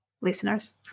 listeners